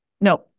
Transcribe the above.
No